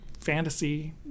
fantasy